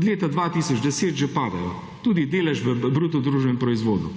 od leta 2010 že padajo, tudi delež v bruto družbenem proizvodu.